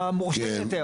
המורשה להיתר.